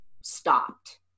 stopped